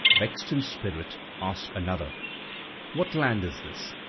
vexed in spirit, ask another what land is this?